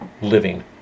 living